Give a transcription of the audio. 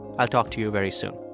i'll talk to you very soon